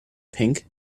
pink